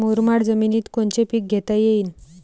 मुरमाड जमिनीत कोनचे पीकं घेता येईन?